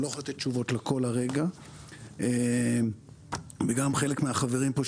אני לא יכול לתת תשובות לכול הרגע וגם חלק מהחברים פה,